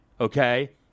okay